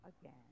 again